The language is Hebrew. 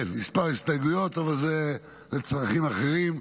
כן, מספר הסתייגויות, אבל זה לצרכים אחרים,